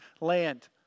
land